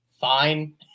fine